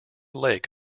lake